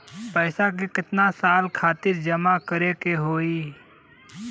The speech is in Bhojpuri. पैसा के कितना साल खातिर जमा करे के होइ?